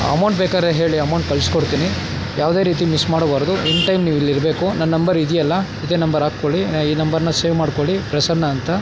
amount ಬೇಕಾದ್ರೆ ಹೇಳಿ amount ಕಳ್ಸ್ಕೊಡ್ತಿನಿ ಯಾವುದೇ ರೀತಿ ಮಿಸ್ ಮಾಡಬಾರದು ಇನ್ ಟೈಮ್ ನೀವಿಲ್ಲಿ ಇರಬೇಕು ನನ್ನ ನಂಬರ್ ಇದೆಯಲ್ಲ ಇದೇ ನಂಬರ್ ಹಾಕ್ಕೊಳ್ಳಿ ನ ಈ ನಂಬರನ್ನ ಸೇವ್ ಮಾಡಿಕೊಳ್ಳಿ ಪ್ರಸನ್ನ ಅಂತ